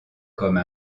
comme